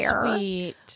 sweet